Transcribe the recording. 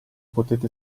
potete